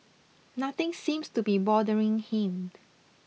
nothing seems to be bothering him